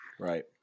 Right